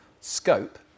scope